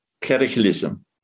clericalism